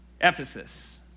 Ephesus